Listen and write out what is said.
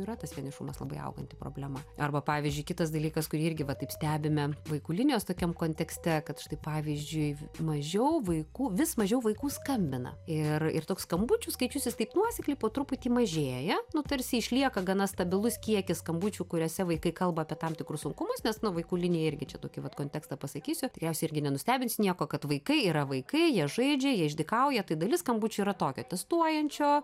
yra tas vienišumas labai auganti problema arba pavyzdžiui kitas dalykas kurį irgi va taip stebime vaikų linijos tokiam kontekste kad štai pavyzdžiui mažiau vaikų vis mažiau vaikų skambina ir ir toks skambučių skaičius jis taip nuosekliai po truputį mažėja nu tarsi išlieka gana stabilus kiekis skambučių kuriuose vaikai kalba apie tam tikrus sunkumus nes na vaikų linija irgi čia tokį vat kontekstą pasakysiu tikriausiai irgi nenustebins nieko kad vaikai yra vaikai jie žaidžia jie išdykauja tai dalis skambučių yra tokio testuojančio